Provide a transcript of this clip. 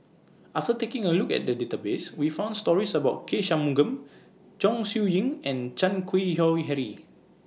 Ah Sir taking A Look At The Database We found stories about K Shanmugam Chong Siew Ying and Chan Keng Howe Harry